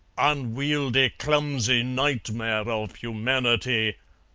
unwieldy, clumsy nightmare of humanity!